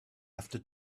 after